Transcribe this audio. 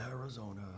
Arizona